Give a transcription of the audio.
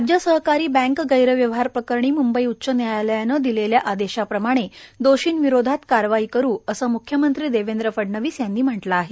राज्य सहकारी बँक गैरव्यवहार प्रकरणी मुंबई उच्च न्यायालयाने दिलेल्या आदेशा प्रमाणे दोषींविरोधात कारवाई करु असं म्ख्यमंत्री देवेंद्र फडणवीस यांनी म्हटलं आहे